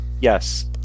Yes